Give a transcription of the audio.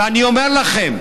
ואני אומר לכם,